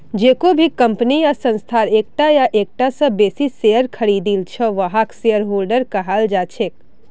जेको भी कम्पनी या संस्थार एकता या एकता स बेसी शेयर खरीदिल छ वहाक शेयरहोल्डर कहाल जा छेक